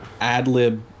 ad-lib